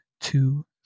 two